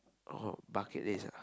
oh bucket list ah